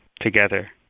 together